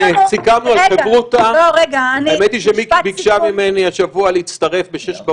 לא, לכי לשם, בואי נעבור על התוכנית ותראי.